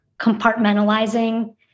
compartmentalizing